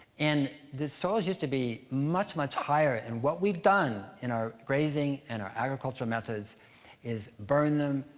and the soils used to be much, much higher. and what we've done in our grazing and our agriculture methods is burn them,